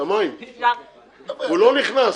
אתם צוחקים,